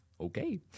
Okay